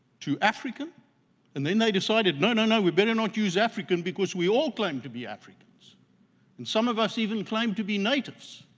to african and then they decided no, no, no, we better not use african because we all claim to be africans and some of us even claim to be natives.